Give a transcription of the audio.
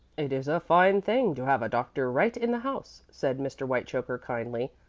it is a fine thing to have a doctor right in the house, said mr. whitechoker, kindly,